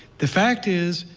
the fact is,